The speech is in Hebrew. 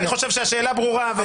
אני חושב שהשאלה ברורה.